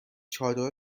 چادر